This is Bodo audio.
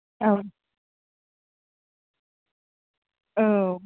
अ औ